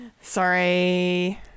Sorry